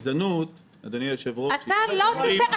גזענות, אדוני היושב-ראש --- אתה לא תיתן עכשיו